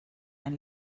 ein